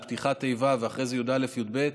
על פתיחת ה'-ו' ואחרי זה י"א-י"ב,